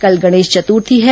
कल गणेश चतुर्थी है